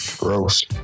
Gross